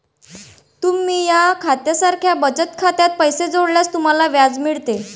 तुम्ही या खात्या सारख्या बचत खात्यात पैसे जोडल्यास तुम्हाला व्याज मिळेल